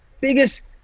biggest